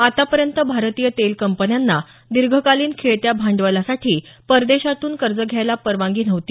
आतापर्यंत भारतीय तेलकंपन्यांना दीर्घकालीन खेळत्या भांडवलासाठी परदेशातून कर्ज घ्यायला परवानगी नव्हती